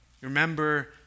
Remember